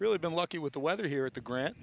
really been lucky with the weather here at the grant